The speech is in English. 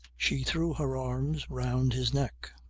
she threw her arms round his neck.